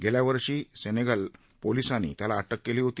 गेल्यावर्षी सेनेगल पोलिसांनी त्याला अटक केली होती